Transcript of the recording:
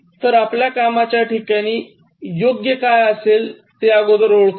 तर आपल्या कामाच्याठिकाणी योग्य काय असेल ते अगोदर ओळखा